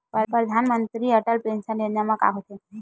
परधानमंतरी अटल पेंशन योजना मा का होथे?